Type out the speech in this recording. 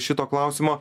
šito klausimo